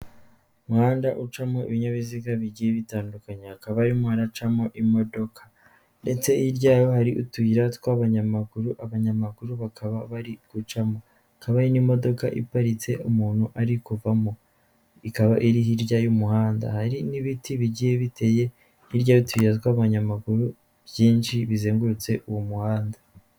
Umuhanda ucamo ibinyabiziga bigiye bitandukanye, hakaba harimo haracamo imodoka ndetse hirya yaho hari utuyira tw'abanyamaguru, abanyamaguru bakaba bari gucamo, hakaba n'imodoka iparitse umuntu ari kuvamo, ikaba iri hirya y'umuhanda, hari n'ibiti bigiye biteye hirya y'utuyira tw'abanyamaguru byinshi bizengurutse uwo muhanda.